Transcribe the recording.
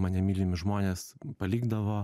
mane mylimi žmonės palikdavo